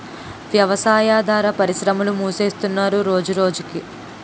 వ్యవసాయాదార పరిశ్రమలు మూసేస్తున్నరు రోజురోజకి